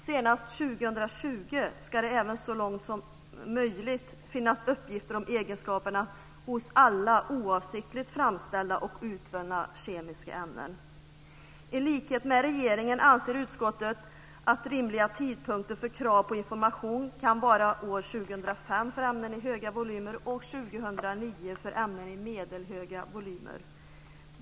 Senast 2020 ska det även så långt möjligt finnas uppgifter om egenskaperna hos alla oavsiktligt framställda och utvunna kemiska ämnen. I likhet med regeringen anser utskottet att rimliga tidpunkter för krav på information kan vara 2005 för ämnen i höga volymer och 2009 för ämnen i medelhöga volymer.